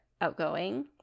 outgoing